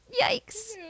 Yikes